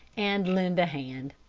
and lend a hand.